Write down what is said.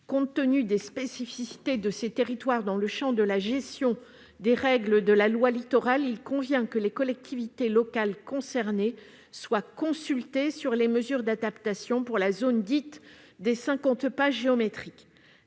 Compte tenu des spécificités des territoires ultramarins dans le champ de la gestion des règles de la loi Littoral, il convient que les collectivités locales concernées soient consultées sur les mesures d'adaptation pour la zone dite des cinquante pas géométriques.